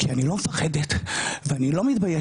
כי אני לא מפחדת ואני לא מתביישת,